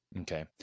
Okay